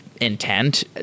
intent